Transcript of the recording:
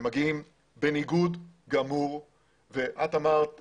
הם מגיעים בניגוד גמור ואת אמרת